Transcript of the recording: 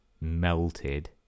melted